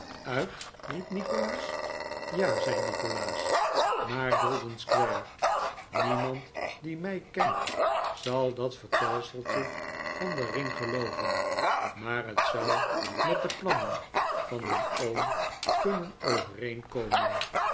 uit riep newman ja zei nikolaas naar golden-square niemand die mij kent zal dat vertelseltje van den ring gelooven maar het zou met de plannen van mijn oom kunnen overeenkomen